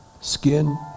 skin